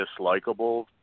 dislikable